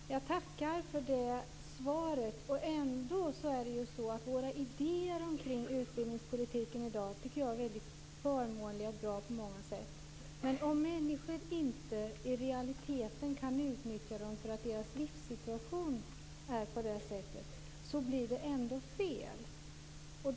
Fru talman! Jag tackar för det svaret. Jag tycker ändå att våra idéer omkring utbildningspolitiken i dag är väldigt förmånliga och bra på många sätt. Men om människor på grund av sin livssituation inte i realiteten kan studera blir det ändå fel.